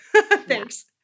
Thanks